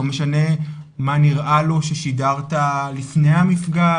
לא משנה מה נראה לו ששידרת לפני המפגש,